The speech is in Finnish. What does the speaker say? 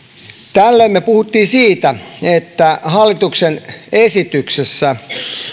tällöin me puhuimme siitä että hallituksen esityksessä